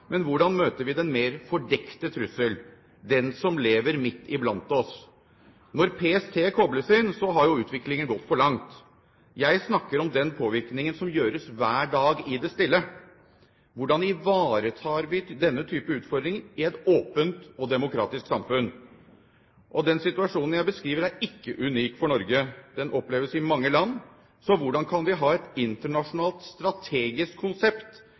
Men hvordan møter vi den mer fordekte trussel – den som lever midt i blant oss? Når PST kobles inn, har jo utviklingen gått for langt. Jeg snakker om den påvirkningen som gjøres hver dag i det stille. Hvordan ivaretar vi denne type utfordringer i et åpent og demokratisk samfunn? Den situasjonen jeg beskriver, er ikke unik for Norge. Den oppleves i mange land. Så hvordan kan vi ha et internasjonalt strategisk konsept